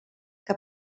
que